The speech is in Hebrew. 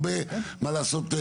יש הרבה מה לעשות.